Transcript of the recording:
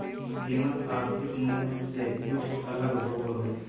कीमत आर्थिक मूल से कुछ अलग होबो हइ